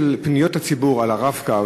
פניות הציבור על ה"רב-קו"